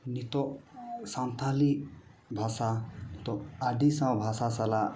ᱱᱤᱛᱚᱜ ᱥᱟᱱᱛᱷᱟᱞᱤ ᱵᱷᱟᱥᱟ ᱛᱚ ᱟᱰᱤᱥᱟᱣ ᱵᱷᱟᱥᱟ ᱥᱟᱞᱟᱜ